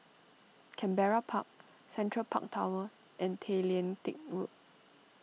Canberra Park Central Park Tower and Tay Lian Teck Road